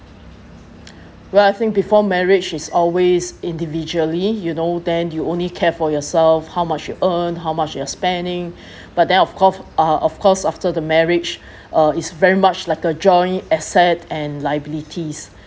well I think before marriage is always individually you know then you only care for yourself how much you earn how much you're spending but then of course uh of course after the marriage uh it's very much like a joint asset and liabilities